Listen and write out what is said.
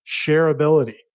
shareability